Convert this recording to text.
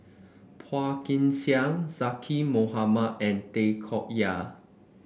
Phua Kin Siang Zaqy Mohamad and Tay Koh Yat